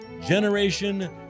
Generation